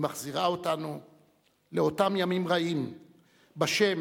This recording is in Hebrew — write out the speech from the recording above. היא מחזירה אותנו לאותם ימים רעים שבהם,